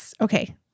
Okay